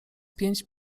pięć